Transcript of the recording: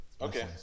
Okay